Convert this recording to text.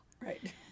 right